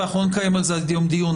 אבל בכל מקרה, לא נקיים על זה היום דיון.